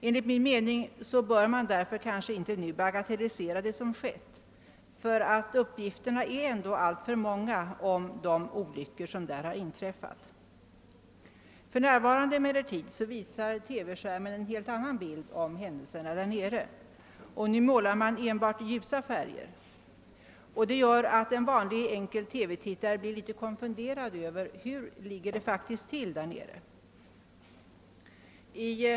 Enligt min mening bör man därför inte nu bagatellisera vad som skett. Uppgifterna om de olyckor som inträffat är alltför många. För närvarande uppvisar emellertid TV-skärmarna en helt annan bild av händelserna där nere. Nu målar man enbart i ljusa färger, vilket gör att en vanlig enkel TV tittare blir en smula konfunderad och undrar hur det faktiskt ligger till.